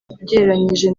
ugereranyije